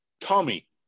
Tommy